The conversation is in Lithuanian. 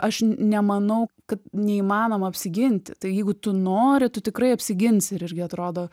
aš nemanau kad neįmanoma apsiginti tai jeigu tu nori tu tikrai apsiginsi ir irgi atrodo